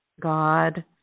God